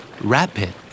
Rapid